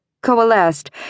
coalesced